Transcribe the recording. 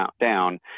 down